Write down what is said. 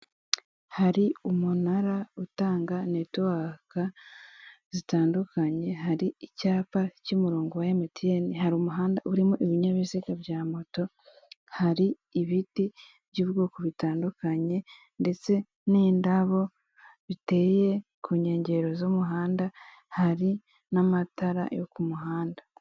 Akayetajeri karimo ikinyobwa kiza gikorwa mu bikomoka ku mata, gifite icupa ribengerana rifite umufuniko w'umweru. Hejuru gato harimo n'ibindi binyobwa bitari kugaragara neza.